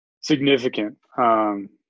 Significant